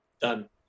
done